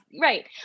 Right